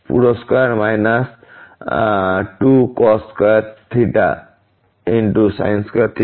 পুরো square minus 2cos2sin2